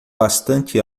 bastante